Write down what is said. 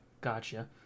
gotcha